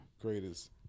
greatest